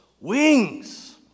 wings